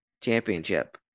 Championship